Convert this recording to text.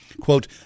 quote